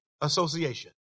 association